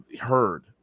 heard